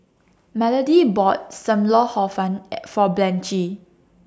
Melody bought SAM Lau Hor Fun At For Blanchie